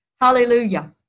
Hallelujah